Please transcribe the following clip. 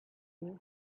you